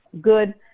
good